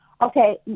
Okay